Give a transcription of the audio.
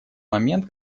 момент